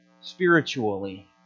spiritually